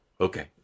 okay